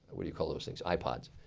but do you call those things, ipods.